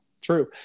true